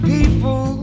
People